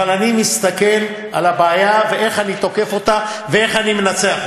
אני מסתכל על הבעיה ואיך אני תוקף אותה ואיך אני מנצח אותה.